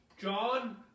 John